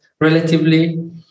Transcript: relatively